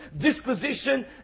disposition